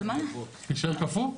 בכל מקרה,